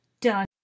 done